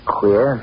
queer